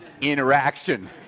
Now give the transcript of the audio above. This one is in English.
interaction